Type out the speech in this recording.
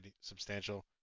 substantial